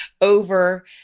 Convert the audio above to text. over